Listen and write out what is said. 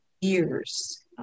years